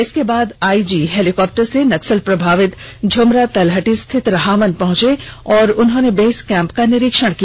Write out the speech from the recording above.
इसके बाद में आईजी ने हेलिकॉप्टर से नक्सल प्रभावित झुमरा तलहटी स्थित रहावन पहुंचे और बेस कैंप का भी निरीक्षण किया